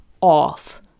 off